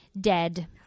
dead